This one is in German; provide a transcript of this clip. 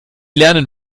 lernen